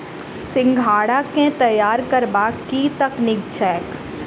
सिंघाड़ा केँ तैयार करबाक की तकनीक छैक?